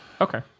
Okay